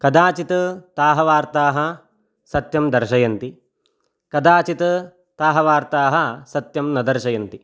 कदाचित् ताः वार्ताः सत्यं दर्शयन्ति कदाचित् ताः वार्ताः सत्यं न दर्शयन्ति